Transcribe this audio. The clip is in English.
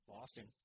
Boston